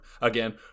again